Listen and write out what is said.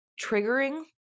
triggering